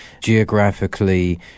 geographically